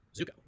zuko